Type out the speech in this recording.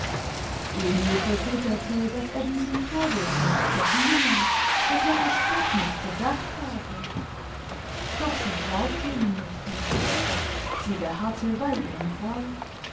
emil versicherte daß er diesen vorwurf nicht verdiene daß er an spott nicht gedacht habe doch sie glaubte ihm nicht mehr sie beharrte bei ihrem groll